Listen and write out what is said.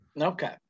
Okay